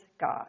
God